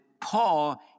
Paul